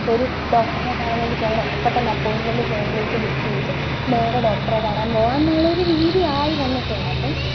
ഇപ്പോൾ ഒരു ഡോക്ടറെ കാണാന് പോകണോ അപ്പം തന്നെ അപ്പോയ്മെന്റ് ഫോണിലേക്ക് ബുക്ക് ചെയ്ത് നേരെ ഡോക്ടറെ കാണാന് പോകാം എന്നുള്ള ഒരു രീതിയായി വന്നിട്ടുണ്ട് അപ്പം